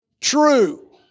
True